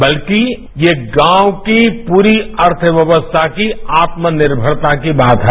बल्कि यह गांव की पूरी अर्थव्यवस्था की आत्मनिर्भरता की बात है